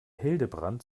hildebrand